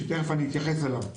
שתיכף אני אתייחס אליו,